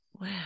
Wow